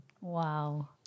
Wow